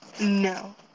No